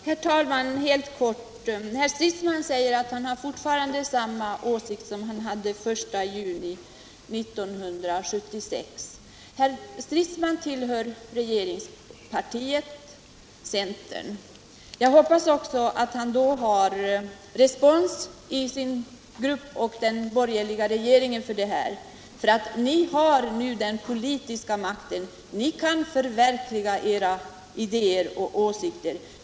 Herr talman! Jag skall fatta mig helt kort. Herr Stridsman säger att han har samma åsikt nu som han hade den I juni 1976. Herr Stridsman tillhör regeringspartiet, centern. Jag hoppas att han har respons för dessa åsikter i sin grupp och i den borgerliga regeringen. Ni har nu den politiska makten, ni kan förverkliga era idéer och åsikter.